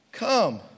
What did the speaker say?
Come